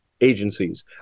agencies